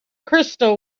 crystal